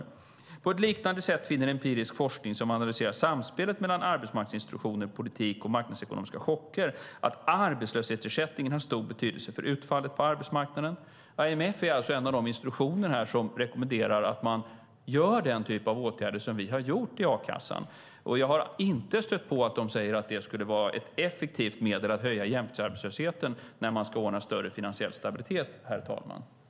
De konstaterar vidare: På ett liknande sätt finner empirisk forskning som analyserat samspelet mellan arbetsmarknadsinstitutioner, politik och marknadsekonomiska chocker att arbetslöshetsersättningen har stor betydelse för utfallet på arbetsmarknaden. IMF är alltså en av de institutioner som rekommenderar att man vidtar den typ av åtgärder som vi har gjort i a-kassan. Jag har inte stött på att de säger att det skulle vara ett effektivt medel att höja jämviktsarbetslösheten när man ska ordna större finansiell stabilitet, herr talman.